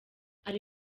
ari